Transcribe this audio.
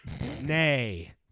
nay